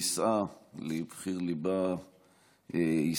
בשנת 1975 היא נישאה לבחיר ליבה ישראל.